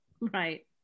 Right